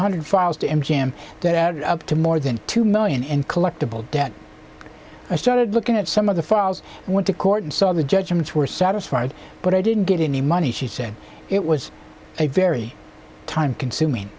hundred files to m g m that added up to more than two million in collectible debt i started looking at some of the files went to court and saw the judgments were satisfied but i didn't get any money she said it was a very time consuming